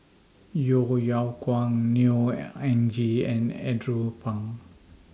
Yeo Yeow Kwang Neo Anngee and Andrew Phang